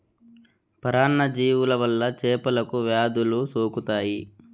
పరాన్న జీవుల వల్ల చేపలకు వ్యాధులు సోకుతాయి